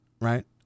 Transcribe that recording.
right